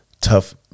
tough